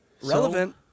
Relevant